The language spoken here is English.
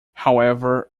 however